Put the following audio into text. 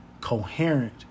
coherent